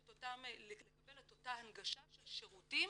ולקבל את אותה הנגשה של שירותים